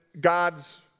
God's